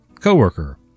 Coworker